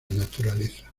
naturaleza